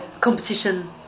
competition